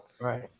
Right